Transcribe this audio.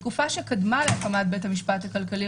בתקופה שקדמה להקמת בית המשפט הכלכלי,